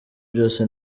byose